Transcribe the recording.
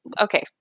okay